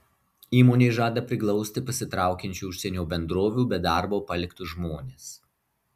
įmonė žada priglausti pasitraukiančių užsienio bendrovių be darbo paliktus žmones